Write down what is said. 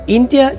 India